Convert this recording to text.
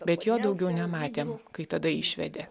bet jo daugiau nematėm kai tada išvedė